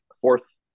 fourth